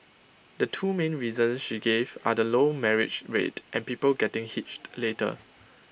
the two main reasons she gave are the low marriage rate and people getting hitched later